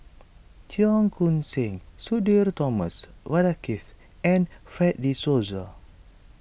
Cheong Koon Seng Sudhir Thomas Vadaketh and Fred De Souza